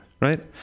right